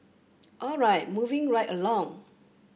all right moving right along